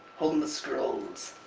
holding the scrolls.